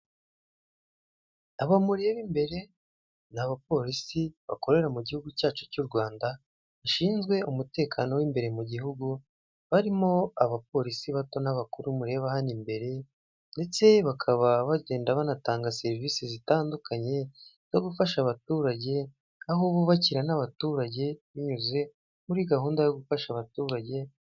Abo mureba imbere ni abapolisi bakorera mu gihugu cyacu cy’u Rwanda, bashinzwe umutekano w’imbere mu gihugu. Barimo abapolisi bato n’abakuru mureba hano imbere, ndetse bakaba bagenda banatanga serivisi zitandukanye zo gufasha abaturage aho bubakira n’abaturage binyuze mu gahunda yo gufasha abaturage.